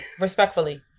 respectfully